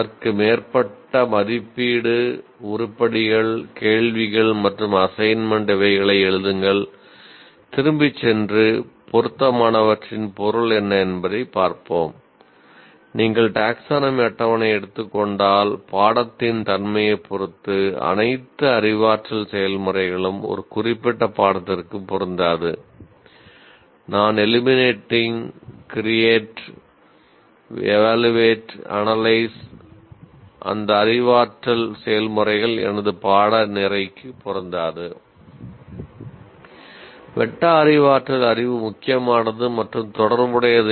நீங்கள் கற்பித்த அல்லது தெரிந்த பாடத்திற்கு தொடர்புடைய அனைத்து செல்களுக்கும் செயல்முறைகள் எனது பாடநெறிக்கு பொருந்தாது